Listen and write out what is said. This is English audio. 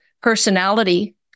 personality